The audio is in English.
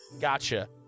Gotcha